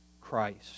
Christ